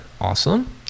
awesome